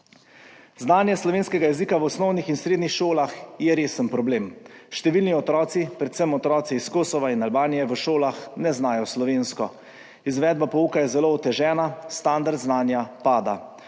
Znanje slovenskega jezika v osnovnih in srednjih šolah je resen problem. Številni otroci, predvsem otroci s Kosova in Albanije, v šolah ne znajo slovensko, izvedba pouka je zelo otežena, standard znanja pada.